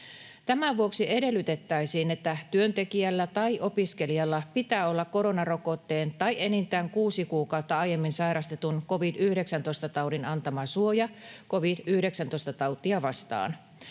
Tämän vuoksi edellytettäisiin, että työntekijällä tai opiskelijalla pitää olla koronarokotteen tai enintään kuusi kuukautta aiemmin sairastetun covid-19-taudin antama suoja covid-19-tautia vastaan.